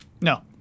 No